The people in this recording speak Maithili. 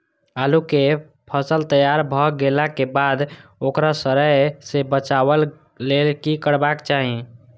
आलू केय फसल तैयार भ गेला के बाद ओकरा सड़य सं बचावय लेल की करबाक चाहि?